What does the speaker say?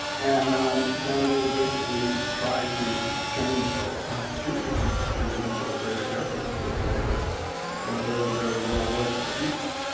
and um then they basically try to change the constitution to give themselves greater deference and say that you know they're the real voice of the people.